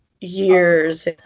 years